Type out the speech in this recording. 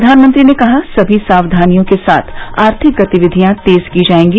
प्रधानमंत्री ने कहा सभी सावधानियों के साथ आर्थिक गतिविधियां तेज की जाएगी